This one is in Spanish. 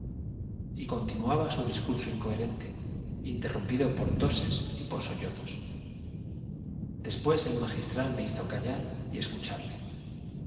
y continuaba su discurso incoherente interrumpido por toses y por sollozos después el magistral le hizo callar y escucharle